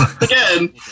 again